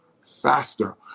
faster